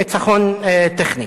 ניצחון טכני.